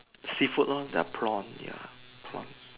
seafood lor the prawn ya the prawns